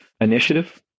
initiative